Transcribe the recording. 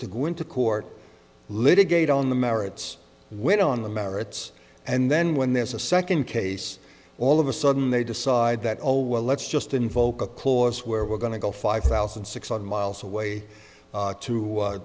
to go into court litigate on the merits went on the merits and then when there's a second case all of a sudden they decide that oh well let's just invoke a clause where we're going to go five thousand six hundred miles away to to